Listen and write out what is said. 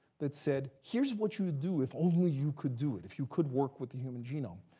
that said, here's what you would do if only you could do it, if you could work with the human genome.